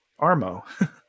Armo